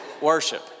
Worship